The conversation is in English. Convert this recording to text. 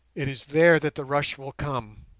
it is there that the rush will come.